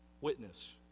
witness